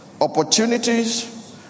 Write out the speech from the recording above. opportunities